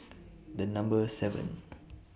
The Number seven